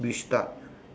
restart